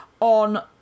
on